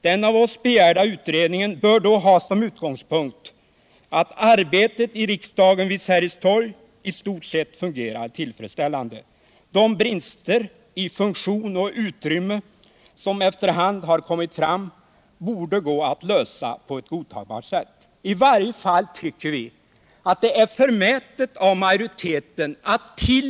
Den av oss begärda utredningen bör ha som utgångspunkt att arbetet i riksdagshuset vid Sergels torg i stort sett fungerar tillfredsställande. De brister —- i funktion och utrymme — som efter hand har kommit fram borde gå att lösa på ett godtagbart sätt. I varje fall tycker vi att det är förmätet av majoriteten att t.